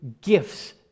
gifts